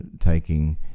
taking